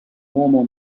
uomo